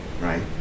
Right